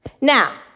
Now